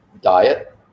diet